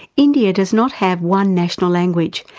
india does not have one national language,